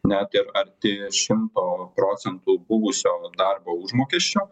net ir arti šimto procentų buvusio darbo užmokesčio